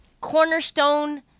cornerstone